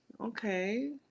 okay